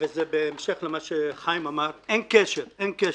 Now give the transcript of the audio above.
וזה בהמשך למה שחיים אמר אין קשר, אין קשר.